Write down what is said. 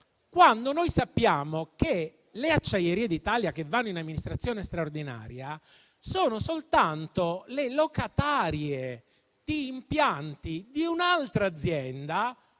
grave sapendo che Acciaierie d'Italia vanno in amministrazione straordinaria essendo soltanto le locatarie di impianti di un'altra azienda